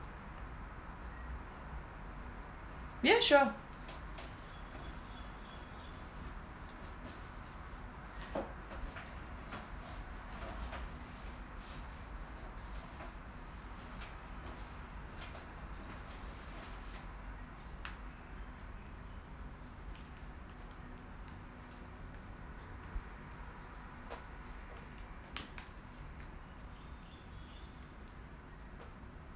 yeah sure